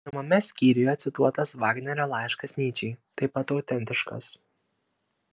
pirmame skyriuje cituotas vagnerio laiškas nyčei taip pat autentiškas